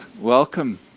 welcome